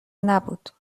نبود